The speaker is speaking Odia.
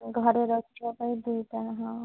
ଘରେ ରଖିବାପାଇଁ ଦୁଇଟା ହଁ